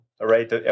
Right